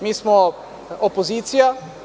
Mi smo opozicija.